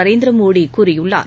நரேந்திரமோடி கூறியுள்ளார்